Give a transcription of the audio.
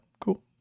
cool